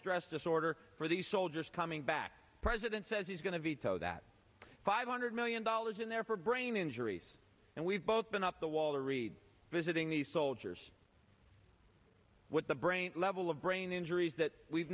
stress disorder for the soldiers coming back president says he's going to veto that five hundred million dollars in there for brain injuries and we've both been up to walter reed visiting the soldiers with the brain level of brain injuries that we've